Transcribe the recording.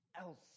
else